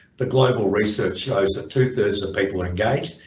the global research shows that two-thirds of people are engaged.